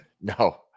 No